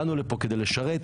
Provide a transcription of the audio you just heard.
באנו לפה כדי לשרת,